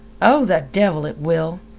oh, the devil it will!